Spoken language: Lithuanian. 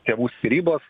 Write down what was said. tėvų skyrybos